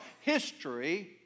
history